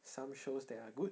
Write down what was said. some shows that are good